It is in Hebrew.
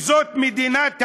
זאת מדינת היהודים,